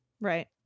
right